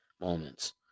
moments